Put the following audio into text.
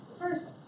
First